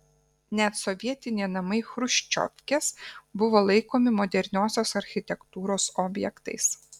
net sovietiniai namai chruščiovkės buvo laikomi moderniosios architektūros objektais